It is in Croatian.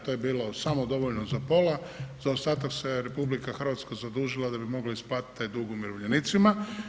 To je bilo samo dovoljno za pola, za ostatak se RH zadužila da bi mogla isplatiti taj dug umirovljenicima.